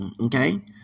Okay